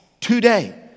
Today